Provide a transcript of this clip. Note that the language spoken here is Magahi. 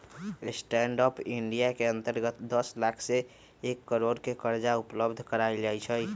स्टैंड अप इंडिया के अंतर्गत दस लाख से एक करोड़ के करजा उपलब्ध करायल जाइ छइ